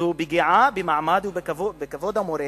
זו פגיעה במעמד ובכבוד של המורה